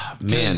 man